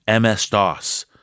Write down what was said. MS-DOS